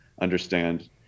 understand